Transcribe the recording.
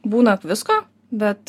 būna visko bet